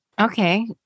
Okay